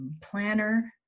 planner